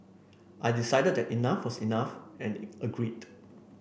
I decided that enough was enough and agreed